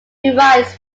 derives